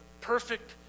Perfect